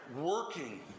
working